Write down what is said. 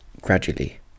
gradually